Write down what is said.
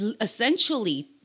essentially